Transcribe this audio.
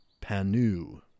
panu